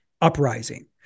uprising